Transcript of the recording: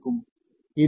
இது பொதுவாக 0